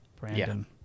Brandon